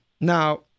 Now